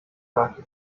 hafi